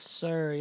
sir